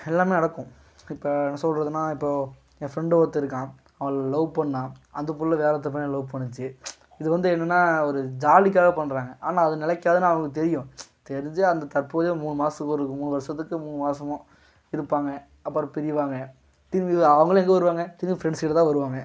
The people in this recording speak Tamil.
எல்லாமே நடக்கும் இப்போ என்ன சொல்கிறதுன்னா இப்போ என் ஃப்ரெண்டு ஒருத்தன் இருக்கான் அவன் லவ் பண்ணால் அந்த புள்ள வேற ஒருத்த பையனை லவ் பண்ணுச்சி இது வந்து என்னென்னா ஒரு ஜாலிக்காக பண்ணுறாங்க ஆனால் அது நிலைக்காதுன்னு அவங்களுக்கு தெரியும் தெரிஞ்சும் அந்த தப்பையே மூணு மாசத்துக்கு ஒரு மூணு வர்ஷதுக்கு மூணு மாசமோ இருப்பாங்க அப்பறம் பிரிவாங்க திரும்பியும் அவங்கலாம் எங்கே வருவாங்க திரும்பி ஃப்ரெண்ட்ஸ் கிட்டதான் வருவாங்க